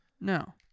No